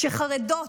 שחרדות,